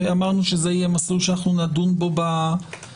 אמרנו שזה יהיה מסלול שאנחנו נדון בו בין